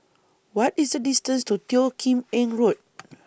What IS The distance to Teo Kim Eng Road